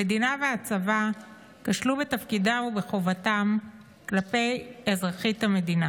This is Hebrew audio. המדינה והצבא כשלו בתפקידם ובחובתם כלפי אזרחית המדינה.